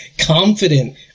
confident